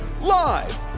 live